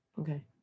okay